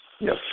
Yes